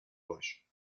باش